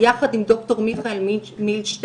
יחד עם דוקטור מיכאל מילשטיין.